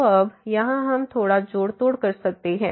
तो अब यहाँ हम थोड़ा जोड़ तोड़ कर सकते हैं